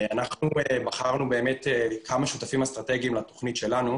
אנחנו בחרנו באמת כמה שותפים אסטרטגים לתוכנית שלנו.